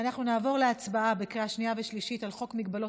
אנחנו נעבור להצבעה בקריאה שנייה ושלישית על חוק מגבלות